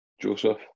Joseph